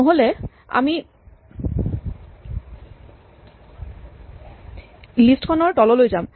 নহ'লে আমি লিষ্ট খনৰ তললৈ যাম